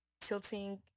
tilting